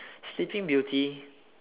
sleeping beauty